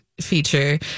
feature